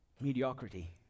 mediocrity